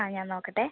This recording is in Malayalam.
ആ ഞാൻ നോക്കട്ടെ